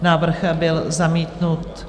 Návrh byl zamítnut.